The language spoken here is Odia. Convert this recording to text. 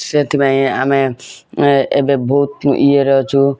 ସେଥିପାଇଁ ଆମେ ଏ ଏବେ ବହୁତ ଇଏ ରେ ଅଛୁ